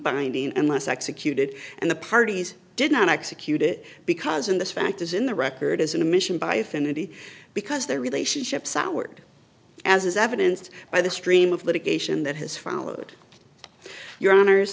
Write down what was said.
binding and less executed and the parties did not execute it because of this fact is in the record as an admission by affinity because their relationship soured as is evidenced by the stream of litigation that has followed your honor